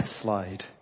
slide